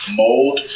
mold